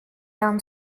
dan